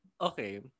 Okay